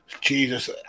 Jesus